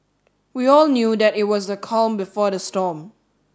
we all knew that it was the calm before the storm